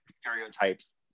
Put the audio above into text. stereotypes